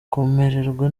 kumererwa